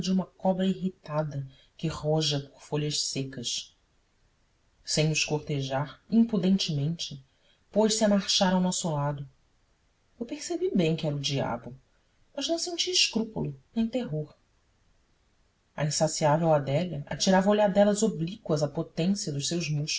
uma cobra irritada que roja por folhas secas sem nos cortejar impudentemente pôs-se a marchar ao nosso lado eu percebi bem que era o diabo mas não senti escrúpulos nem terror a insaciável adélia atirava olhadelas oblíquas à potência dos seus